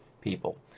people